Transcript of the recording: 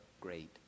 great